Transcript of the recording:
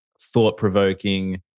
thought-provoking